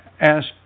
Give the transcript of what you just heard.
asked